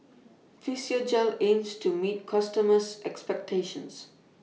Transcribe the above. Physiogel aims to meet its customers' expectations